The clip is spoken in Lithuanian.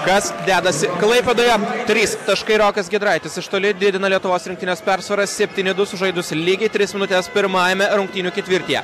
kas dedasi klaipėdoje trys taškai rokas giedraitis iš toli didina lietuvos rinktinės persvarą septyni du sužaidus lygiai tris minutes pirmajame rungtynių ketvirtyje